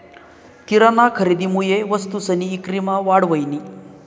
किराना खरेदीमुये वस्तूसनी ईक्रीमा वाढ व्हयनी